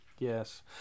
Yes